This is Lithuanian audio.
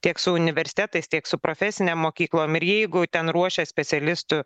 tiek su universitetais tiek su profesinėm mokyklom ir jeigu ten ruošia specialistų